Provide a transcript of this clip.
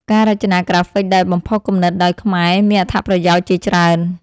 ការរចនាក្រាហ្វិកដែលបំផុសគំនិតដោយខ្មែរមានអត្ថប្រយោជន៍ជាច្រើន។